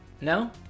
no